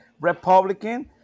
Republican